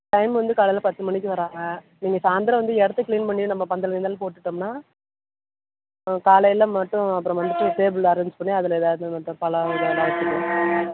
time வந்து காலையில் பத்து மணிக்கு வராங்க நீங்கள் சாய்ந்தரம் வந்து இடத்த க்ளீன் பண்ணி நம்ம பந்தல் கிந்தல் போட்டுட்டம்னா காலையில் மட்டும் அப்புறமேட்டுக்கு டேபிள் அரேஞ்ச் பண்ணி அதில் ஏதாவுது இந்த பழம் இதெல்லாம் வைக்கணும்